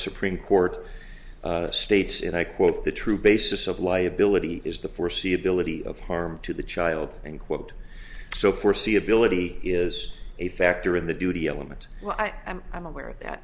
supreme court states and i quote the true basis of liability is the foreseeability of harm to the child in quote so foreseeability is a factor in the duty element well i am aware of that